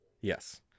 Yes